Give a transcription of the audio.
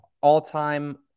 all-time –